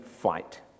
fight